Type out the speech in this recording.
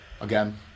Again